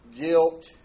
Guilt